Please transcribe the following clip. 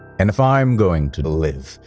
and if i'm going to live,